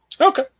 Okay